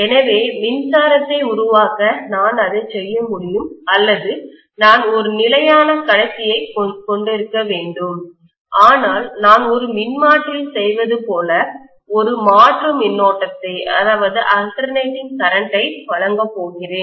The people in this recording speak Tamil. எனவே மின்சாரத்தை உருவாக்க நான் அதை செய்ய முடியும் அல்லது நான் ஒரு நிலையான கடத்தியை கொண்டிருக்க வேண்டும் ஆனால் நான் ஒரு மின்மாற்றியில் செய்வது போல ஒரு மாற்று மின்னோட்டத்தை அல்டர் நேட்டிங் கரண்ட்டை வழங்கப் போகிறேன்